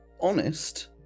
honest